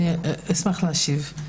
אני אשמח להשיב.